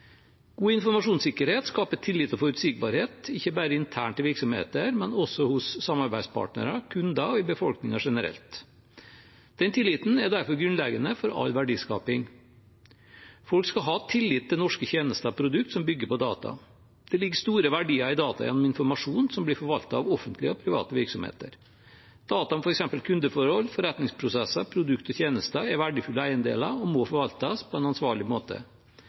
God informasjonssikkerhet skaper tillit og forutsigbarhet, ikke bare internt i virksomheter, men også hos samarbeidspartnere, hos kunder og i befolkningen generelt. Den tilliten er derfor grunnleggende for all verdiskaping. Folk skal ha tillit til norske tjenester og produkter som bygger på data. Det ligger store verdier i data gjennom informasjon som blir forvaltet av offentlige og private virksomheter. Data om f.eks. kundeforhold, forretningsprosesser, produkter og tjenester er verdifulle eiendeler og må forvaltes på en ansvarlig måte.